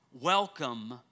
welcome